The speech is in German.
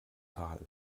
tal